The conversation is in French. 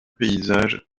paysages